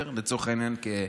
לצורך העניין,